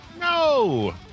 no